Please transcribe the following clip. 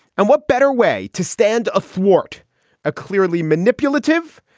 and what better way to stand athwart a clearly manipulative,